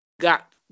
got